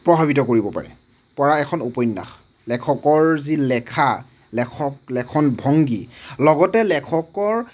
প্ৰভাৱিত কৰিব পাৰে পৰা এখন উপন্যাস লেখকৰ যি লেখা লেখক লেখনভংগী লগতে লেখকৰ